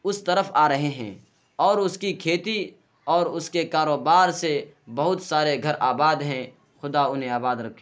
اس طرف آ رہے ہیں اور اس کی کھیتی اور اس کے کاروبار سے بہت سارے گھر آباد ہیں خدا انہیں آباد رکھے